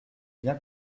bien